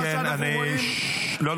מה שאנחנו רואים --- לא,